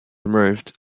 removed